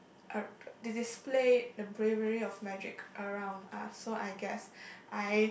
uh they display the periphery of magic around us so I guess I